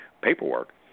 paperwork